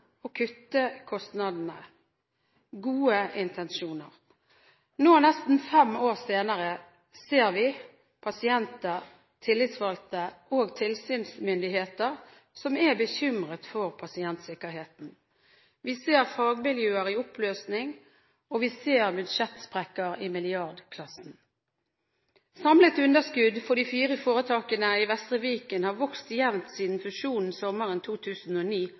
og kutte kostnadene. Det var gode intensjoner. Nå – nesten fem år senere – ser vi pasienter, tillitsvalgte og tilsynsmyndigheter som er bekymret for pasientsikkerheten. Vi ser fagmiljøer i oppløsning, og vi ser budsjettsprekker i milliardklassen. Samlet underskudd for de fire foretakene i Vestre Viken har vokst jevnt siden fusjonen sommeren 2009